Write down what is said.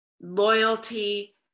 loyalty